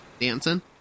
dancing